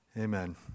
Amen